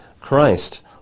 Christ